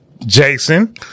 Jason